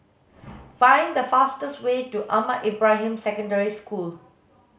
find the fastest way to Ahmad Ibrahim Secondary School